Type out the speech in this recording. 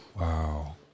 Wow